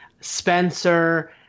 Spencer